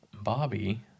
Bobby